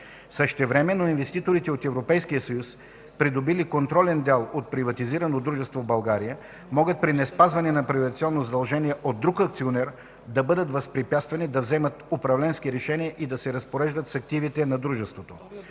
Същевременно инвеститорите от Европейския съюз, придобили контролен дял от приватизирано дружество в България, могат при неспазване на приватизационно задължение от друг акционер да бъдат възпрепятствани да вземат управленски решения и да се разпореждат с активите на дружеството.